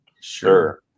sure